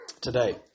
Today